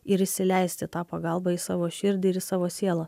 ir įsileisti tą pagalbą į savo širdį ir į savo sielą